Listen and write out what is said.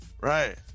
Right